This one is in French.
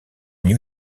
new